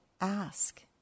ask